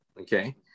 okay